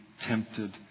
tempted